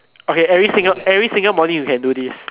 okay every single every single morning you can do this